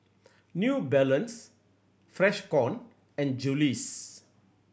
New Balance Freshkon and Julie's